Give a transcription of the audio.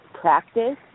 practice